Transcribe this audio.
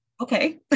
okay